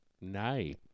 Nay